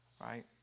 Right